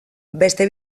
beste